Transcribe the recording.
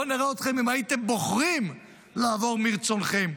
בואו נראה אתכם, אם הייתם בוחרים לעבור מרצונכם.